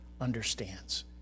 understands